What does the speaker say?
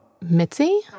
Mitzi